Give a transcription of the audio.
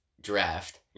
draft